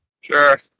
Sure